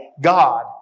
God